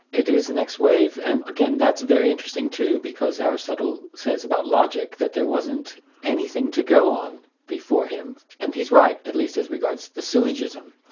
it is next wave, and again, that's very interesting too, because aristotle says about logic that there wasn't anything to go on before him. and he's right, at least as regards the syllogism.